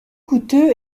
coûteux